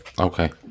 Okay